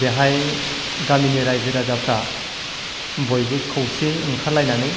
बेहाय गामिनि रायजो राजाफ्रा बयबो खौसे ओंखार लायनानै